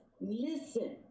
listen